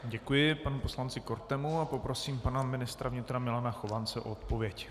Děkuji panu poslanci Kortemu a poprosím pana ministra vnitra Milana Chovance o odpověď.